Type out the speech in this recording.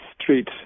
street